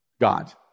God